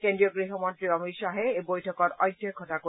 কেন্দ্ৰীয় গৃহমন্ত্ৰী অমিত শ্বাহে এই বৈঠকত অধ্যক্ষতা কৰিব